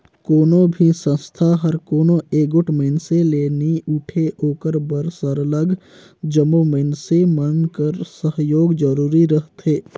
कोनो भी संस्था हर कोनो एगोट मइनसे ले नी उठे ओकर बर सरलग जम्मो मइनसे मन कर सहयोग जरूरी रहथे